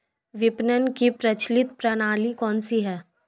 विपणन की प्रचलित प्रणाली कौनसी है?